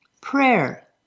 Prayer